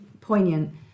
poignant